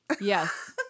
Yes